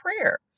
prayer